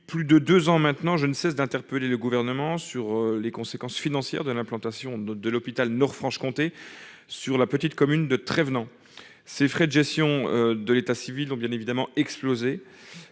depuis plus de 2 ans maintenant, je ne cesse d'interpeller le gouvernement sur les conséquences financières de l'implantation de l'hôpital Nord Franche Comté sur la petite commune de trêve non ces frais de gestion de l'état civil, dont bien évidemment exploser